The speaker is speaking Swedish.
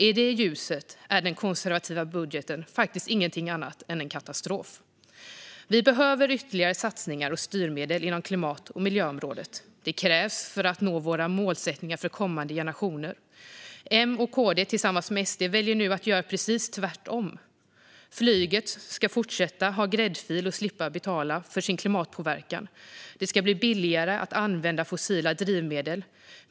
I det ljuset är den konservativa budgeten ingenting annat än en katastrof. Vi behöver ytterligare satsningar och styrmedel inom klimat och miljöområdet. Det krävs för att nå våra målsättningar för kommande generationer. M och KD tillsammans med SD väljer nu att göra precis tvärtom. Flyget ska fortsätta att ha gräddfil och slippa betala för sin klimatpåverkan. Det ska bli billigare att använda fossila drivmedel.